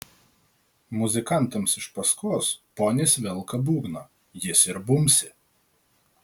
muzikantams iš paskos ponis velka būgną jis ir bumbsi